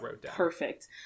perfect